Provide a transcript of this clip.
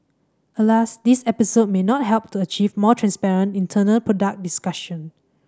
alas this episode may not help to achieve more transparent internal product discussion